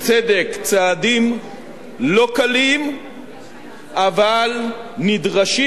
בצדק: צעדים לא קלים אבל נדרשים.